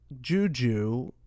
juju